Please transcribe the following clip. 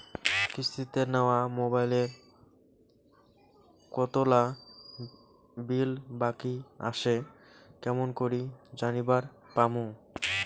কিস্তিতে নেওয়া মোবাইলের কতোলা বিল বাকি আসে কেমন করি জানিবার পামু?